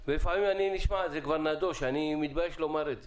זה כבר נדוש, אני מתבייש לומר את זה,